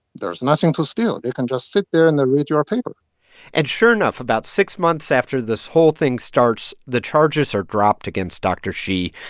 there's nothing to steal. they can just sit there and read your paper and sure enough, about six months after this whole thing starts, the charges are dropped against dr. xi.